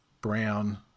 Brown